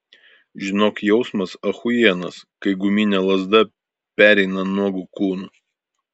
žinok jausmas achujienas kai guminė lazda pereina nuogu kūnu